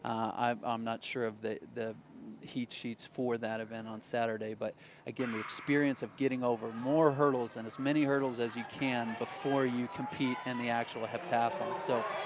i'm um not sure of the the heat sheets for that event on saturday. but again, the experience of getting over more hurdles and as many hurdles as you can before you compete in and the actual heptathlon. so.